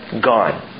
Gone